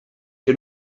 que